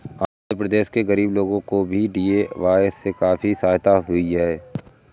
आंध्र प्रदेश के गरीब लोगों को भी डी.ए.वाय से काफी सहायता हुई है